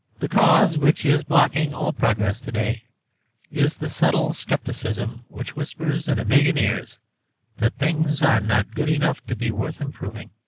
the cause which is blocking all progress today is the subtle scepticism which whispers in a million ears that things are not good enough to be worth improving.